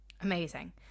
amazing